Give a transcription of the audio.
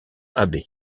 abbé